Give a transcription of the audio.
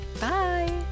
Bye